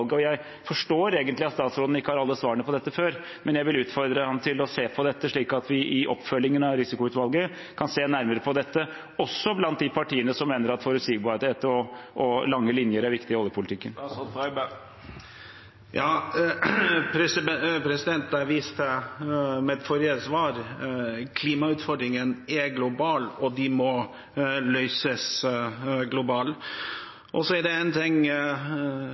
har Klimarisikoutvalget? Jeg forstår egentlig at statsråden ikke har alle svarene på dette nå, men jeg vil utfordre ham til å se på dette, slik at vi i oppfølgingen av Klimarisikoutvalget kan se nærmere på dette, også de partiene som mener at forutsigbarhet og lange linjer er viktig i oljepolitikken. Som jeg viste til i forrige svar, er klimautfordringene globale og må løses globalt. Én ting kan vi sikkert si når det gjelder oljeprisen: Den kommer til å gå opp og ned. Norge har en